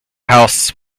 house